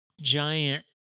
giant